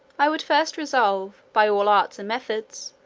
i would first resolve, by all arts and methods,